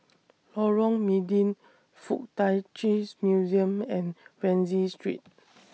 Lorong Mydin Fuk Tak Chi's Museum and Rienzi Street